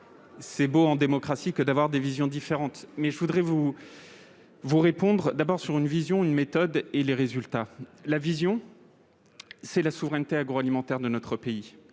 C'est beau, en démocratie, que d'avoir des visions différentes, mais je voudrais vous. Vous répondre d'abord sur une vision, une méthode et les résultats, la vision, c'est la souveraineté agroalimentaires de notre pays,